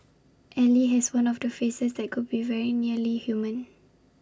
ally has one of the faces that could be very nearly human